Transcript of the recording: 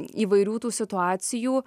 įvairių tų situacijų